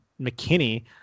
McKinney